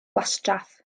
gwastraff